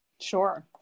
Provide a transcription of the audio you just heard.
Sure